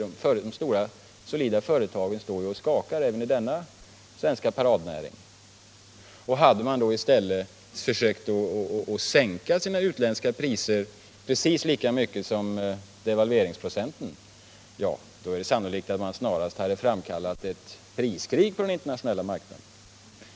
De stora solida företagen, även inom denna svenska paradnäring, står ju och skakar. Hade man i stället försökt sänka sina utländska priser lika mycket som devalveringsprocenten är det sannolikt att man snarast hade framkallat ett priskrig på den internationella marknaden.